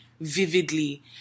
vividly